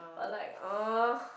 but like !uh!